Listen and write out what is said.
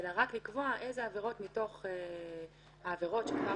רק לקבוע איזה עבירות מתוך העבירות שכבר